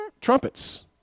trumpets